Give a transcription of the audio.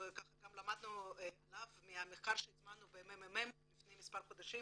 שלמדנו עליו מהמחקר שהזמנו מה-מ.מ.מ לפני כמה חודשים